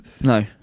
No